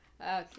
Okay